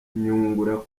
nyungura